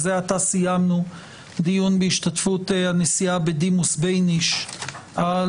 זה עתה סיימנו דיון בהשתתפות הנשיאה בדימוס דורית בייניש על